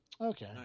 Okay